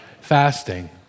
fasting